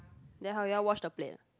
then how you all wash the plates ah